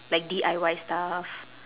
like D I Y stuff